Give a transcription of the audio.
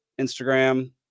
Instagram